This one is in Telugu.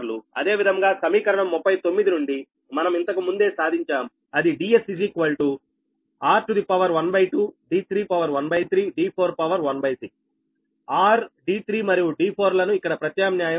అదే విధముగా సమీకరణం 39 నుండి మనం ఇంతకు ముందే సాధించాం అది Ds r12d313d416 rd3 మరియు d4 లను ఇక్కడ ప్రత్యామ్న్యాయం చేయండి